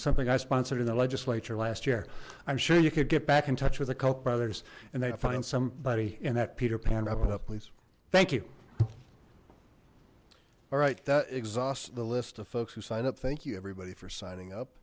something i sponsored in the legislature last year i'm sure you could get back in touch with the koch brothers and they find somebody in that peter pan wrap it up please thank you all right that exhausted the list of folks who signed up thank you everybody for signing up